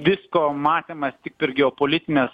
visko matėm mes tik per geopolitinius